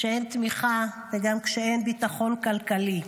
כשאין תמיכה וגם כשאין ביטחון כלכלי?